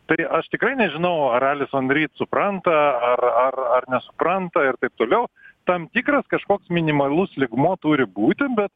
tai ri aš tikrai nežinau ar alison ryt supranta ar ar ar nesupranta ir taip toliau tam tikras kažkoks minimalus lygmuo turi būti bet